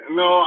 no